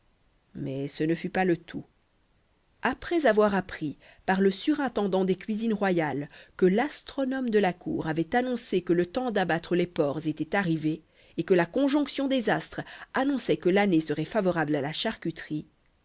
mais ce ne fut pas le tout après avoir appris par le surintendant des cuisines royales que l'astronome de la cour avait annoncé que le temps d'abattre les porcs était arrivé et que la conjonction des astres annonçait que l'année serait favorable à la charcuterie